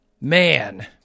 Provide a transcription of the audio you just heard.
man